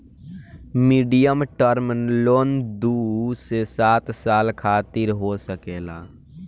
medium term loan दू से सात साल खातिर हो सकेला